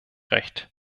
recht